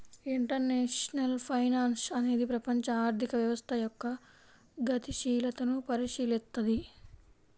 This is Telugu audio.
ఇంటర్నేషనల్ ఫైనాన్స్ అనేది ప్రపంచ ఆర్థిక వ్యవస్థ యొక్క గతిశీలతను పరిశీలిత్తది